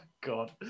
God